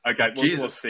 Okay